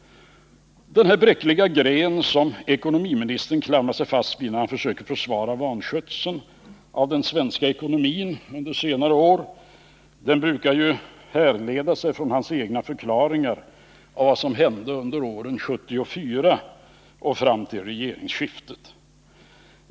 Den bräckliga gren som ekonomiministern klamrar sig fast vid när han försöker försvara vanskötseln av den svenska ekonomin under senare år brukar härleda sig från hans egna förklaringar av vad som hände under åren från 1974 och fram till regeringsskiftet.